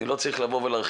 אני לא צריך להרחיב